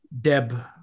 Deb